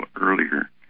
earlier